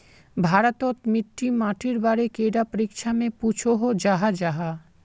भारत तोत मिट्टी माटिर बारे कैडा परीक्षा में पुछोहो जाहा जाहा?